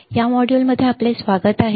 या मॉड्यूलमध्ये आपले स्वागत आहे